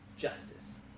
justice